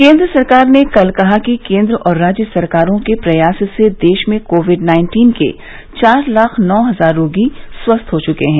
केन्द्र सरकार ने कल कहा कि केंद्र और राज्य सरकारों के प्रयास से देश में कोविड नाइन्टीन के चार लाख नौ हजार रोगी स्वस्थ हो चुके हैं